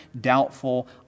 doubtful